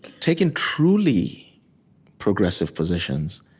taking truly progressive positions